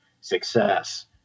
success